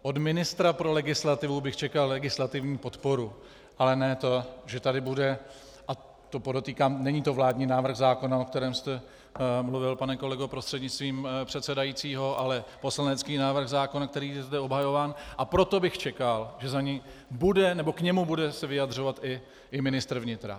Od ministra pro legislativu bych čekal legislativní podporu, ale ne to, že tady bude a to podotýkám, není to vládní návrh zákona, o kterém jste mluvil, pane kolego, prostřednictvím předsedajícího, ale poslanecký návrh zákona, který je zde obhajován, a proto bych čekal, že se k němu bude vyjadřovat i ministr vnitra.